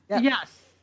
Yes